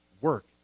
work